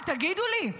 תגידו לי,